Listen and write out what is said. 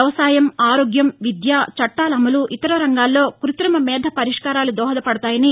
వ్యవసాయం ఆరోగ్యం విద్య చట్లాల అమలు ఇతర రంగాల్లో క్బత్రిమ మేధ పరిష్కారాలు దోహదపడ్డాయని